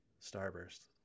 Starburst